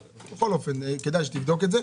אבל בכל אופן כדאי שתבדוק את זה,